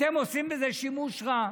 אתם עושים בזה שימוש רע.